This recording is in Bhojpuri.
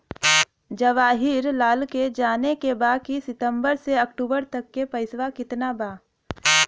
जवाहिर लाल के जाने के बा की सितंबर से अक्टूबर तक के पेसवा कितना बा?